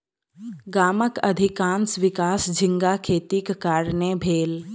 गामक अधिकाँश विकास झींगा खेतीक कारणेँ भेल